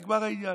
נגמר העניין.